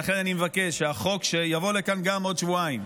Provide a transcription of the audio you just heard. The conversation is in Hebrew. אני מבקש שגם החוק שיבוא לכאן בעוד שבועיים,